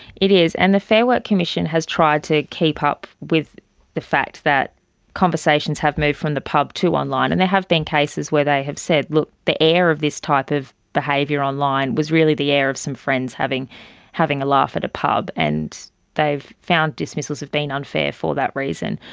it is, and the fair work commission has tried to keep up with the fact that conversations have moved from the pub to online, and there have been cases where they have said, look, the air of this type of behaviour online was really the air of some friends having having a laugh at a pub, and they've found dismissals have been unfair for that reason.